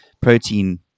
protein